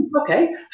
Okay